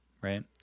right